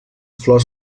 flors